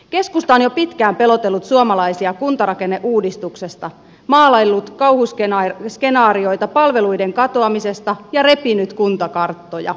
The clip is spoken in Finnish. keskusta on jo pitkään pelotellut suomalaisia kuntarakenneuudistuksella maalailut kauhuskenaarioita palveluiden katoamisesta ja repinyt kuntakarttoja